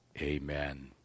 Amen